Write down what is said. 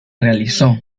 realizó